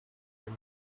need